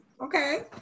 okay